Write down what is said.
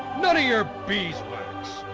but your beeswax!